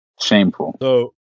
Shameful